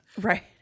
Right